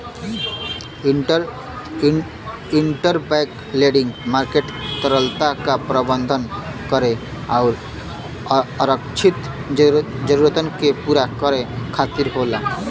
interbank lending market तरलता क प्रबंधन करे आउर आरक्षित जरूरतन के पूरा करे खातिर होला